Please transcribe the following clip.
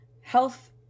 health